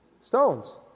Stones